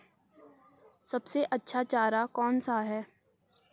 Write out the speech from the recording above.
सबसे अच्छा चारा कौन सा है?